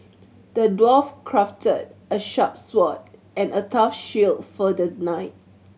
the dwarf crafted a sharp sword and a tough shield for the knight